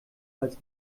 als